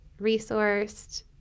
resourced